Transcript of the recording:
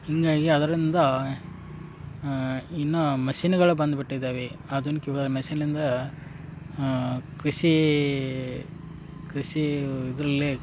ಹೀಗಾಗಿ ಅದರಿಂದ ಇನ್ನು ಮಸಿನ್ನುಗಳು ಬಂದುಬಿಟ್ಟಿದ್ದಾವೆ ಆಧುನಿಕ ಯುಗ ಮೆಸಿಲಿಂದ ಕೃಷಿ ಕೃಷಿ ಇದರಲ್ಲಿ